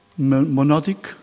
monodic